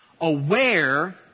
aware